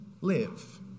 live